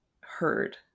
heard